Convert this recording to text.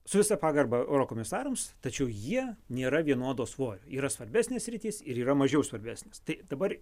su visa pagarba eurokomisarams tačiau jie nėra vienodo svorio yra svarbesnės sritys ir yra mažiau svarbesnės tai dabar